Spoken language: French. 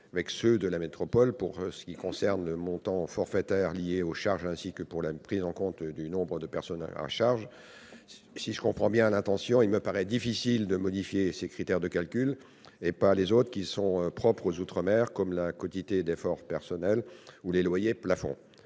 et ceux de la métropole pour ce qui concerne les montants forfaitaires liés aux charges, ainsi que pour la prise en compte du nombre de personnes à charge. Si je comprends bien l'intention, il me paraît difficile de modifier ces critères de calcul sans réexaminer ceux qui sont propres aux outre-mer, comme la quotité d'effort personnel ou les loyers plafonds.